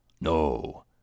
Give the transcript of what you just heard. No